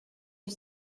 you